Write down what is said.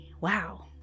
wow